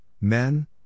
Men